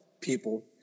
people